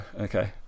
okay